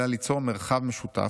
עליה ליצור מרחב משותף,